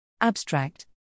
abstract